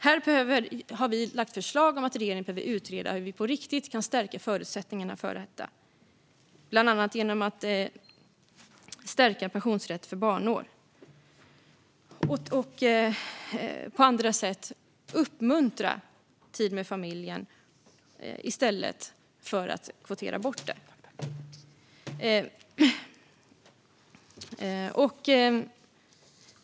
Här har vi lagt fram förslag om att regeringen behöver utreda hur vi på riktigt kan stärka förutsättningarna för detta, bland annat genom att stärka pensionsrätter för barnår och på andra sätt uppmuntra tid med familjen i stället för att kvotera bort tiden.